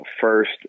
first